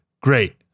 great